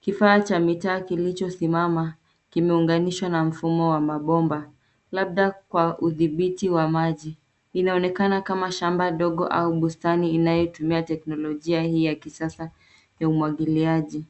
Kifaa cha mitaa kilichosimama kimeunganishwa na mfumo wa mabomba, labda kwa udhibiti wa maji. Inaonekana kama shamba dogo au bustani inayotumia teknolojia hii ya kisasa ya umwagiliaji.